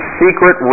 secret